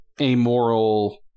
amoral